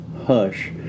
hush